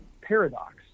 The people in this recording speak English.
paradox